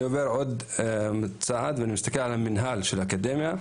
אני עובר עוד צעד ומסתכל על המנהל של האקדמיה.